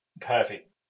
Perfect